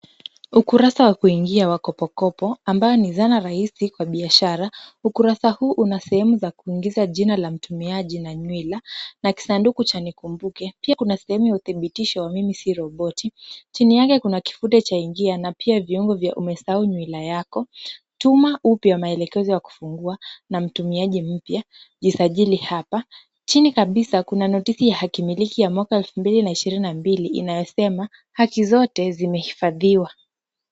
Ukurasa wa kuingia wa kopokopo ambao ni zana rahisi kwa biashara. Ukurasa huu una sehemu za kuingiza jina la mtumiaji na mila na kisanduku cha nikumbuke. Pia kuna sehemu ya kudhibitisha mimi si roboti. Chini yake kuna kifute cha ingia na pia vyombo vya umesahau mila yako, tuma upya maelekezo ya kufungua na mtumiaji mpya jisajili hapa. Chini kabisa kuna notisi ya hakimiliki ya mwaka elfu mbili na ishirini na mbili inayosema haki zote zimehifadhiwa.